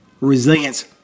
Resilience